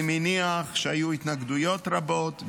אני מניח שהיו התנגדויות רבות,